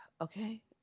Okay